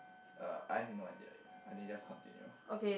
uh I have not yet I think just continue